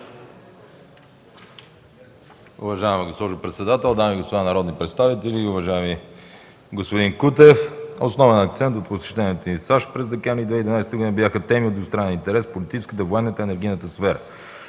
Уважаема госпожо председател, уважаеми дами и господа народни представители! Уважаеми господин Кутев, основен акцент при посещението ми в САЩ през месец декември 2012 г. бяха темите от двустранен интерес в политическата, военната и енергийната сфера.